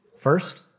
First